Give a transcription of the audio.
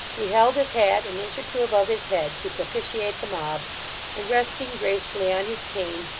he held his hat an inch or two above his head, to propitiate the mob and, resting gracefully on his cane,